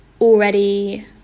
already